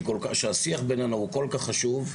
שהשיח בינינו הוא כל כך חשוב,